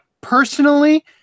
Personally